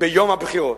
ביום הבחירות.